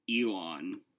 Elon